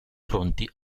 pronti